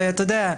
ואתה יודע,